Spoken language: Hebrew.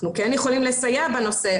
אנחנו כן יכולים לסייע בנושא,